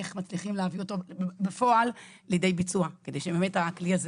איך מצליחים להביא אותו בפועל לידי ביצוע כדי שהכלי הזה